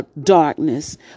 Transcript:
darkness